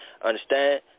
Understand